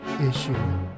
issue